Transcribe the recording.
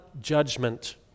judgment